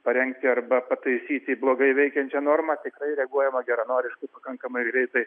parengti arba pataisyti blogai veikiančią normą tikrai reaguojama geranoriškai pakankamai greitai